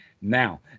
Now